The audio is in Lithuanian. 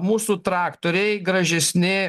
mūsų traktoriai gražesni